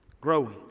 Growing